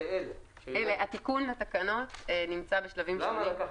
התיקון לתקנות נמצא בשלבים שונים.